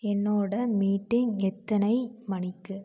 என்னோட மீட்டிங் எத்தனை மணிக்கு